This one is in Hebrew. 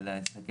חשב